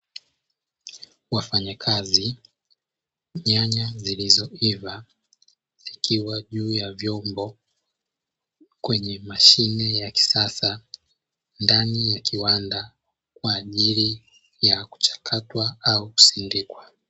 Wafanyakazi nyanya zilizoiva zikiwa juu ya vyombo, kwenye mashine ya kisasa ndani ya kiwanda, kwa ajili ya kuchakatwa au kusindikwa.